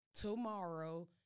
tomorrow